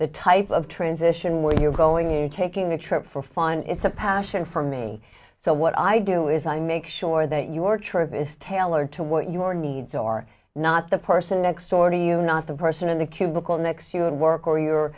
the type of transition where you're going you're taking a trip for fun it's a passion for me so what i do is i make sure that your trip is tailored to what your needs are not the person next door to you not the person in the cubicle next to work or your